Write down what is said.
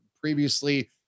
previously